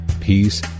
peace